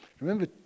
Remember